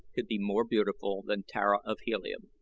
could be more beautiful than tara of helium.